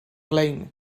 lein